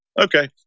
Okay